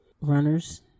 runners